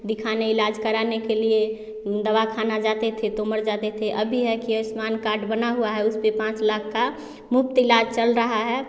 दिखाने इलाज कराने के लिए दवा खाना जाते थे तो मर जाते थे अभी है कि आयुष्मान कार्ड बना हुआ है उसपे पाँच लाख का मुफ़्त इलाज चल रहा है